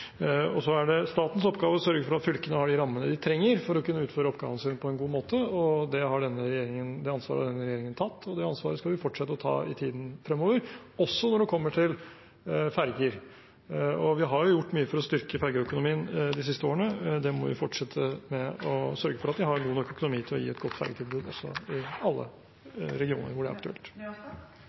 rammene de trenger for å kunne utføre oppgavene sine på en god måte. Det ansvaret har denne regjeringen tatt, og det ansvaret skal vi fortsette å ta i tiden fremover, også når det gjelder ferjer. Vi har gjort mye for å styrke ferjeøkonomien de siste årene. Det må vi fortsette med og sørge for at de har god nok økonomi til å gi et godt ferjetilbud i alle regioner hvor det er aktuelt.